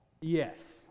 yes